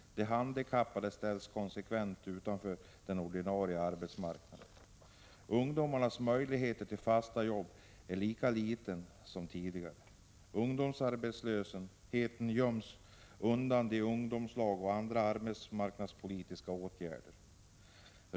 De handikappade ställs konsekvent utanför den ordinarie arbetsmarknaden. Ungdomarnas möjlighet att få fasta jobb är lika liten som tidigare. Ungdomsarbetslösheten göms undan i ungdomslag och andra arbetsmarknadspolitiska åtgärder.